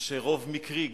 שרוב מקרי,